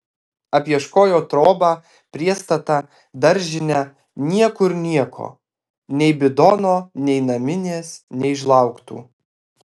apieškojo trobą priestatą daržinę niekur nieko nei bidono nei naminės nei žlaugtų